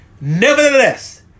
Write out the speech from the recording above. Nevertheless